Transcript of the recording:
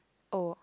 oh